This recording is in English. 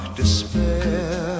despair